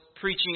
preaching